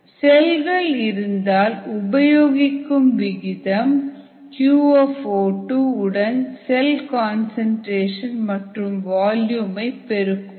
செல்கள் இருந்தால் உபயோகிக்கும் விகிதத்தை qO2 உடன் செல் கன்சன்ட்ரேஷன் மற்றும் வால்யுமை பெருக்குவோம்